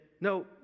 No